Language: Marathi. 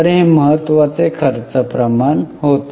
तर हे महत्त्वाचे खर्च प्रमाण होते